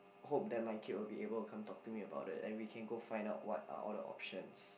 hope that my kid will be able to come talk to me about it and we can go find out what are all the options